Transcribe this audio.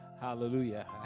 Hallelujah